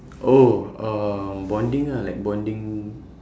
oh uh bonding ah like bonding